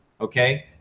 okay